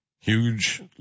huge